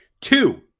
Two